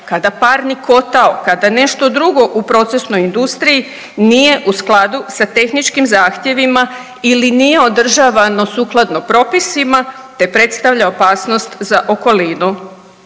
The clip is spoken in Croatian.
kada parni kotao, kada nešto drugo u procesnoj industriji nije u skladu sa tehničkim zahtjevima ili nije održavano sukladno propisima te predstavlja opasnost za okolinu?